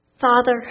Father